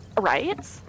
Right